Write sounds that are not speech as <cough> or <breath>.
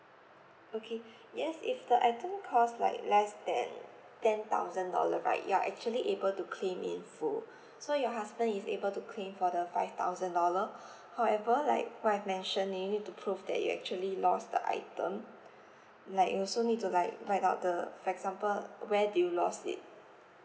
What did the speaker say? okay yes if the item cost like less than ten thousand dollar right you're actually able to claim in full <breath> so your husband is able to claim for the five thousand dollar <breath> however like what I've mentioned you need to prove that you actually lost the item <breath> like you also need to like write out the for example where do you lost it